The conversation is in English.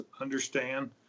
understand